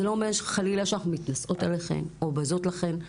זה לא אומר חלילה שאנחנו מתנשאות עליכן או בזות לכן,